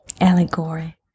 allegory